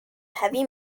heavy